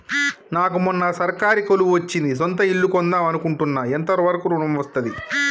నాకు మొన్న సర్కారీ కొలువు వచ్చింది సొంత ఇల్లు కొన్దాం అనుకుంటున్నా ఎంత వరకు ఋణం వస్తది?